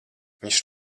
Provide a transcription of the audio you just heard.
viņš